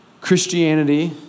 Christianity